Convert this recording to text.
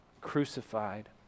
crucified